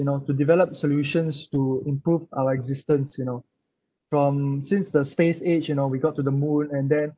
you know to develop solutions to improve our existence you know from since the space age you know we got to the moon and then